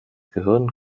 gehirn